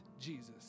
Jesus